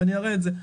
ואני אראה את זה,